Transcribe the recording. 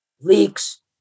leaks